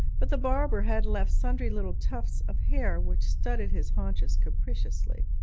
but the barber had left sundry little tufts of hair which studded his haunches capriciously.